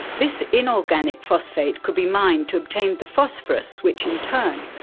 this inorganic phosphate could be mined to obtain the phosphorus which, in turn,